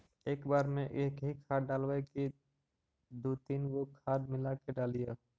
एक बार मे एकही खाद डालबय की दू तीन गो खाद मिला के डालीय?